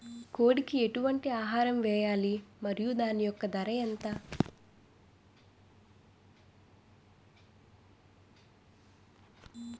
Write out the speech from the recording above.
కోడి కి ఎటువంటి ఆహారం వేయాలి? మరియు దాని యెక్క ధర ఎంత?